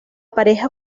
pareja